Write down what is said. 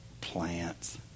plants